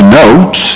note